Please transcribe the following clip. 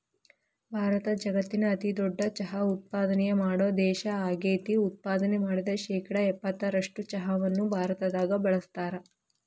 ಭಾರತ ಜಗತ್ತಿನ ಅತಿದೊಡ್ಡ ಚಹಾ ಉತ್ಪಾದನೆ ಮಾಡೋ ದೇಶ ಆಗೇತಿ, ಉತ್ಪಾದನೆ ಮಾಡಿದ ಶೇಕಡಾ ಎಪ್ಪತ್ತರಷ್ಟು ಚಹಾವನ್ನ ಭಾರತದಾಗ ಬಳಸ್ತಾರ